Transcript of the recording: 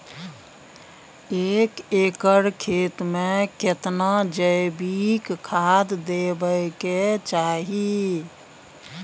एक एकर खेत मे केतना जैविक खाद देबै के चाही?